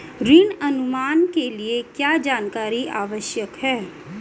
ऋण अनुमान के लिए क्या जानकारी आवश्यक है?